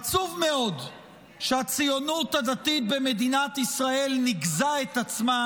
עצוב מאוד שהציונות הדתית במדינת ישראל ניקזה את עצמה